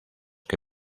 que